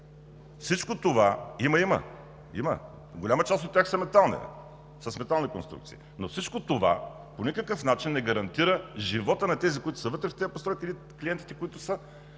от ДПС.) Има, има. Голяма част от тях са с метални конструкции, но всичко това по никакъв начин не гарантира живота на тези, които са вътре в тези постройки, или клиентите, които са